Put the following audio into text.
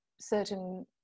certain